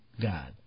God